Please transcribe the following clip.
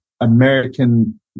American